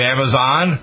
Amazon